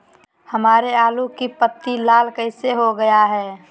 हमारे आलू की पत्ती लाल कैसे हो गया है?